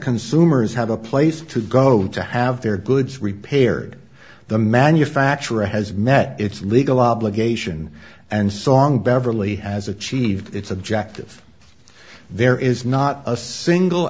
consumers have a place to go to have their goods repaired the manufacturer has met its legal obligation and song beverly has achieved its objective there is not a single